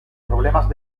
problemas